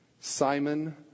Simon